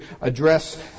address